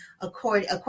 according